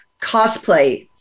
cosplay